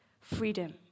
freedom